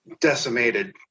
decimated